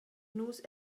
nus